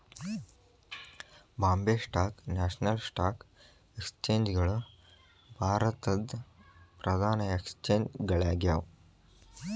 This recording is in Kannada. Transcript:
Bombay stock national stock exchange ಗಳು ಭಾರತದ್ ಪ್ರಧಾನ ಎಕ್ಸ್ಚೇಂಜ್ ಗಳಾಗ್ಯಾವ